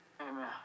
Amen